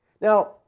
Now